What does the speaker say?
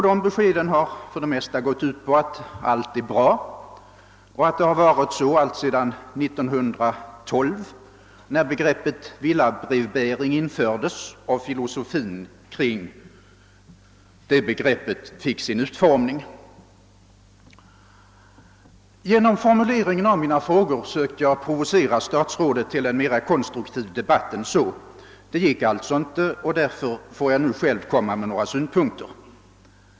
De beskeden har för det mesta gått ut på att allt är bra och att det har varit så alltsedan 1912, när begreppet villabrevbäring infördes och filosofin kring det begreppet fick sin utformning. Genom formuleringen av mina frågor sökte jag provocera statsrådet till en mera konstruktiv debatt än så. Det gick alltså inte, och därför får jag nu själv anlägga några synpunkter.